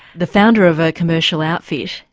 the founder of a commercial outfit,